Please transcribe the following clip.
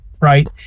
right